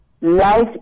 Life